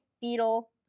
Beetle